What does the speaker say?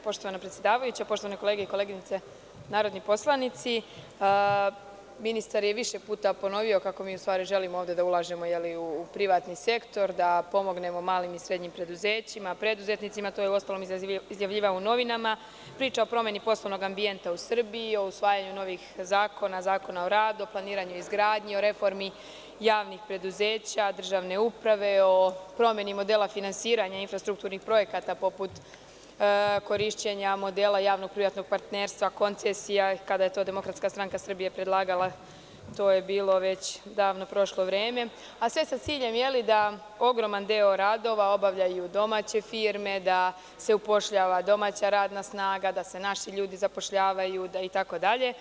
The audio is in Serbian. Poštovana predsedavajuća, poštovane kolege i koleginice narodni poslanici, ministar je više puta ponovio kako mi u stvari želimo ovde da ulažemo u privatni sektor, da pomognemo malim i srednjim preduzećima, preduzetnicima, što je uostalom izjavljivao i u novinama, priča o promeni poslovnog ambijenta u Srbiji, o usvajanju novih zakona, Zakona o radu, o planiranju i izgradnji, o reformi javnih preduzeća, državne uprave, o promeni modela finansiranja infrastrukturnih projekata poput korišćenja modela javnog privatnog partnerstva, koncesija, kada je to DSS predlagala, to je bilo već davno prošlo vreme, a sve sa ciljem da ogroman deo radova obavljaju domaće firme, da se upošljava domaća radna snaga, da se naši ljudi zapošljavaju, itd.